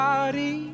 Body